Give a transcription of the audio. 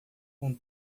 com